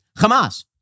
Hamas